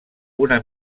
una